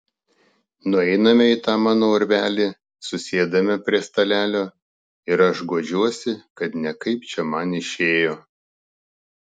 nueiname į tą mano urvelį susėdame prie stalelio ir aš guodžiuosi kad ne kaip čia man išėjo